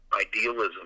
idealism